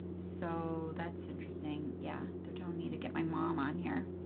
so that's interesting yeah, they're telling me to get my mom on here.